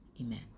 amen